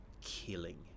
killing